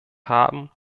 haben